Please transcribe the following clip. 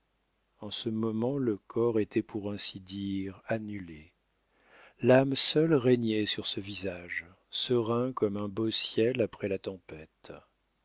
en ce moment le corps était pour ainsi dire annulé l'âme seule régnait sur ce visage serein comme un beau ciel après la tempête